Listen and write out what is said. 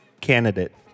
candidate